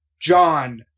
John